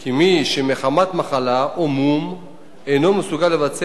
כי מי שמחמת מחלה או מום אינו מסוגל לבצע